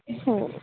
हो